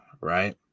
right